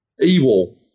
evil